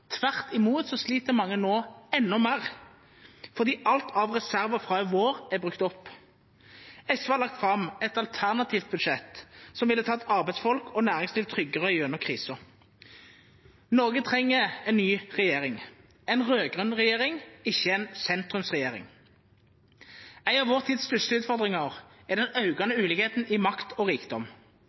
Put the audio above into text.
Tvert imot sliter mange nå enda mer fordi alt av reserver fra i vår er brukt opp. SV har lagt fram et alternativt budsjett som ville tatt arbeidsfolk og næringsliv tryggere gjennom krisen. Norge trenger en ny regjering – en rød-grønn regjering, ikke en sentrumsregjering. En av vår tids største utfordringer er den økende ulikheten i makt og rikdom.